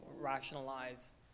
rationalize